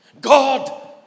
God